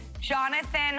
jonathan